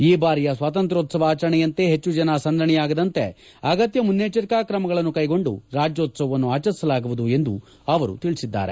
ಈ ಬಾರಿಯ ಸ್ವಾತಂತ್ರೋತ್ಸವ ಆಚರಣೆಯಂತೆ ಹೆಚ್ಚು ಜನ ಸಂದಣಿಯಾಗದಂತೆ ಅಗತ್ಯ ಮುನ್ನೆಚ್ಚರಿಕಾ ಕ್ರಮಗಳನ್ನು ಕೈಗೊಂಡು ರಾಜ್ಯೋತ್ಸವವನ್ನು ಆಚರಿಸಲಾಗುವುದು ಎಂದು ಅವರು ಹೇಳಿದ್ದಾರೆ